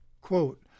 quote